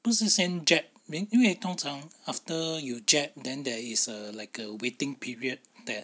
不是先 jab me 因为通常 after you jab then there is a like a waiting period that